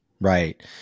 Right